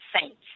saints